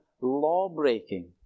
law-breaking